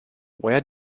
where